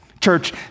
Church